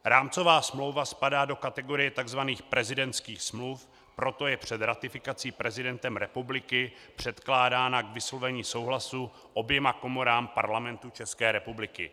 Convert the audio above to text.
Rámcová smlouva spadá do kategorie takzvaných prezidentských smluv, proto je před ratifikací prezidentem republiky předkládána k vyslovení souhlasu oběma komorám Parlamentu České republiky.